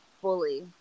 fully